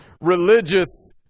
religious